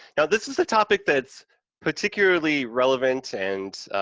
now, this is a topic that's particularly relevant and,